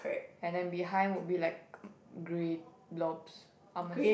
and then behind would be like um grey blobs I'm ass~